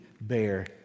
bear